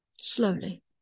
slowly